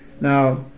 Now